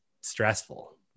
stressful